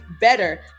better